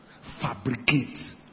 fabricate